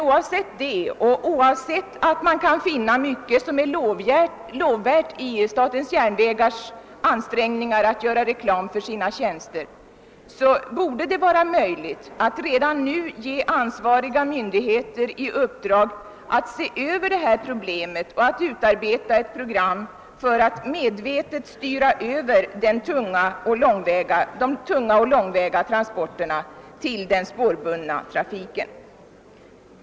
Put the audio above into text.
Oavsett detta och oavsett att man kan finna mycket som är lovvärt i SJ:s ansträngningar att göra reklam för sina tjänster, borde det emellertid vara möjligt att redan nu ge ansvariga myndigheter i uppdrag att se över problemet och att utarbeta ett program för att medvetet styra över de tunga och långväga transporterna till den spårbundna trafiken.